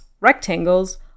rectangles